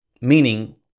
meaning